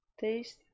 taste